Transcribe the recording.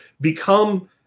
become